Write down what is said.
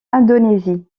indonésie